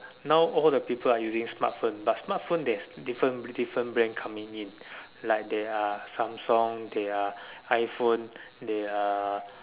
now all the people are using smart phone but smartphone there's different different brand coming in like there are Samsung there are iPhone there are